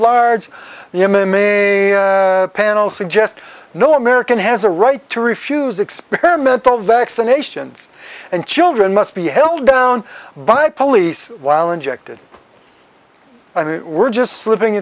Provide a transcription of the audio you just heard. the m m a panel suggest no american has a right to refuse experimental vaccinations and children must be held down by police while injected and we're just slipping